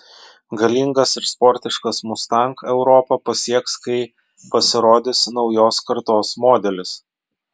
galingas ir sportiškas mustang europą pasieks kai pasirodys naujos kartos modelis